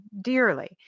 dearly